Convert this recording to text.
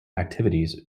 activities